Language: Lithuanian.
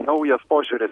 naujas požiūris